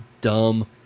dumb